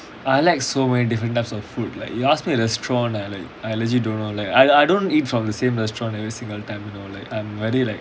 I like so many different types of food like you ask me a restaurant I legit don't know leh I I don't eat from the same restaurant every single time you know like I'm very like